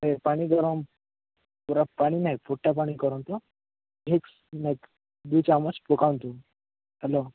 ହେ ପାଣି ଗରମ ପୂରା ପାଣି ନାଇଁ ଫୁଟା ପାଣି କରନ୍ତୁ ଭିକ୍ସ୍ ମିକ୍ସ୍ ଦୁଇ ଚାମଚ ପକାନ୍ତୁ ହ୍ୟାଲୋ